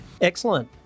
Excellent